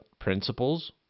principles